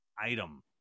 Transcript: item